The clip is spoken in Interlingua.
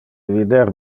vider